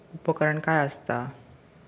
उपकरण काय असता?